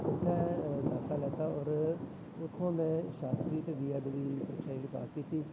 उत्थै दाखला लैता होर उत्थुआं मैं शास्त्री ते बी एड दी परीक्षा जेह्ड़ी पास कीती